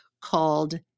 called